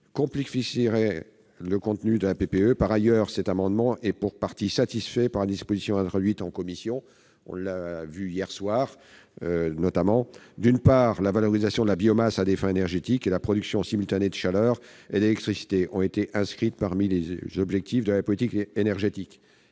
complexifierait le contenu de la PPE. Par ailleurs, il est pour partie satisfait par les dispositions introduites à l'article 1 en commission. D'une part, la « valorisation de la biomasse à des fins énergétiques » et la « production simultanée de chaleur et d'électricité » ont été inscrites parmi les objectifs de la politique énergétique.